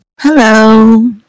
hello